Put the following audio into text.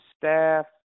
staff